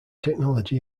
technology